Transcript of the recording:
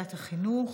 בוועדת החינוך.